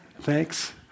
Thanks